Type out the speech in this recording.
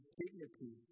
dignity